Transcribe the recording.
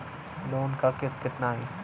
Loan क किस्त कितना आई?